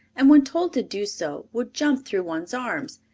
and when told to do so would jump through one's arms,